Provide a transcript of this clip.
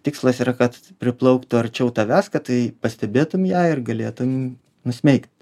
tikslas yra kad priplauktų arčiau tavęs kad tu pastebėtum ją ir galėtum nusmeigt